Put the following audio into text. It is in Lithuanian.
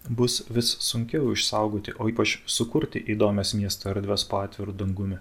bus vis sunkiau išsaugoti o ypač sukurti įdomias miesto erdves po atviru dangumi